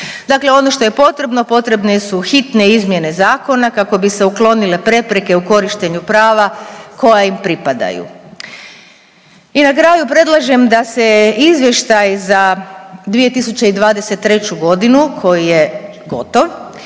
Dakle, ono što je potrebno, potrebne su hitne izmjene zakona kako bi se uklonile prepreke u korištenju prava koja im pripadaju. I na kraju predlažem da se izvještaj za 2023. godinu koji je gotov